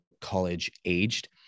college-aged